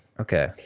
Okay